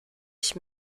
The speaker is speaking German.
ich